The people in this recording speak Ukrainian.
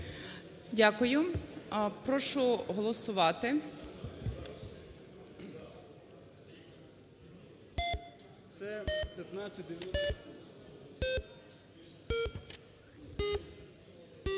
Дякую. Прошу голосувати.